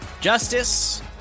Justice